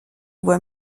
voie